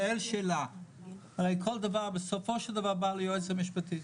כל דבר בסופו של דבר בא ליועץ המשפטי.